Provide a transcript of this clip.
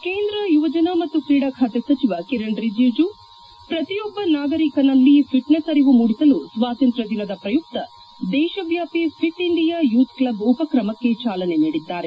head ಕೇಂದ್ರ ಯುವಜನ ಮತ್ತು ಕ್ರೀಡಾ ಖಾತೆ ಸಚಿವ ಕಿರಣ್ ರಿಜಿಜು ಪ್ರತಿಯೊಬ್ಬ ನಾಗರಿಕನಲ್ಲಿ ಫಿಟ್ನೆಸ್ ಅರಿವು ಮೂಡಿಸಲು ಸ್ನಾತಂತ್ರ್ಕ ದಿನದ ಶ್ರಯುಕ್ತ ದೇಶವ್ಲಾಪಿ ಫಿಟ್ ಇಂಡಿಯಾ ಯೂತ್ ಕ್ಷಬ್ ಉಪ್ರಕಮಕ್ಕೆ ಚಾಲನೆ ನೀಡಿದ್ದಾರೆ